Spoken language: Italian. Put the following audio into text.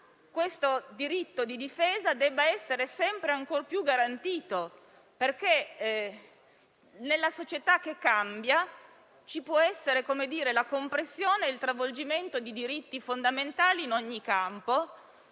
questo diritto di difesa deve essere ancor più garantito, perché in una società che cambia ci può essere la compressione e lo stravolgimento di diritti fondamentali in ogni campo;